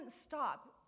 stop